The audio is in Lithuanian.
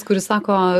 kuris sako